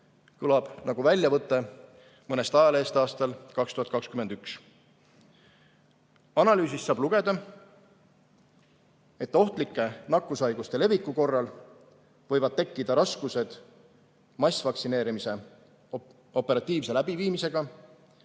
kõlab nagu väljavõte mõnest ajalehest aastal 2021. Analüüsist saab lugeda, et ohtlike nakkushaiguste leviku korral võivad tekkida raskused massvaktsineerimise operatiivse läbiviimisega,